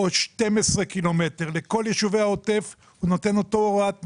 או 12 קילומטר לכל יישובי העוטף הוא נותן אותה הוראת מיגון.